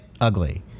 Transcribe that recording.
ugly